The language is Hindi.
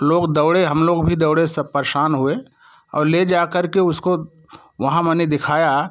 लोग दौड़े हम लोग भी दौड़े सब परेशान हुए और ले जा करके उसको वहाँ माने दिखाया